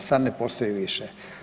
Sad ne postoji više.